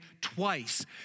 twice